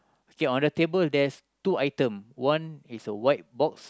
okay on the table there's two item one is white box